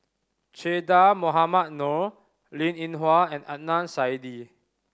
Che Dah Mohamed Noor Linn In Hua and Adnan Saidi